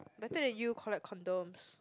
better than you collect condoms